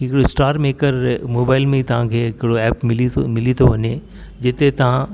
कि हिकिड़ो StarMaker mobile में ई तव्हांखे हिकिड़ो एप मिली थो मिली थो वञे जिते तव्हां